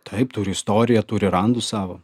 taip turi istoriją turi randus savo